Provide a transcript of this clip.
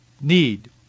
need